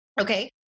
Okay